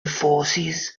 forces